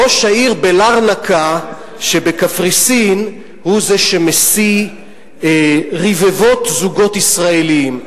ראש העיר בלרנקה שבקפריסין הוא זה שמשיא רבבות זוגות ישראלים.